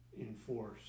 enforce